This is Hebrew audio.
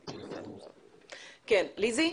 ליזי.